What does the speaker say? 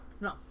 No